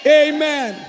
amen